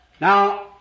now